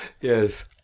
Yes